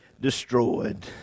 destroyed